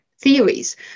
theories